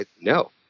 No